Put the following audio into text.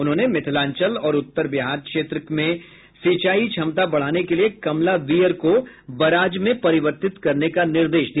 उन्होंने मिथिलांचल और उत्तर बिहार के क्षेत्र में सिंचाई क्षमता बढ़ाने के लिये कमला वीयर को बराज में परिवर्तित करने का निर्देश दिया